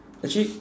actually